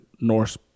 Norse